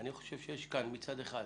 מצד אחד,